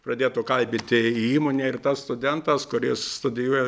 pradėtų kalbinti įmonė ir tas studentas kuris studijuoja